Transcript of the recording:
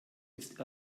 ist